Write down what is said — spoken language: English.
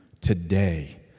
today